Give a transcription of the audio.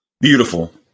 Beautiful